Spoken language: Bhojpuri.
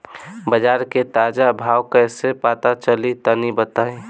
बाजार के ताजा भाव कैसे पता चली तनी बताई?